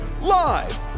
Live